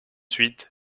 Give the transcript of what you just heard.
huit